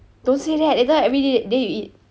don't say that later everyday then you eat